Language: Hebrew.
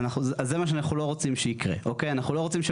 לא,